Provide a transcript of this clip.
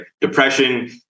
Depression